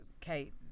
kate